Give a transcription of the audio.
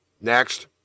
Next